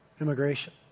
Immigration